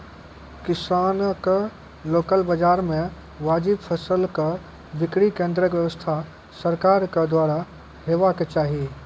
किसानक लोकल बाजार मे वाजिब फसलक बिक्री केन्द्रक व्यवस्था सरकारक द्वारा हेवाक चाही?